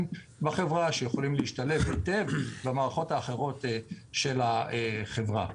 שיכולים להשתלב היטב במערכות האחרות של החברה.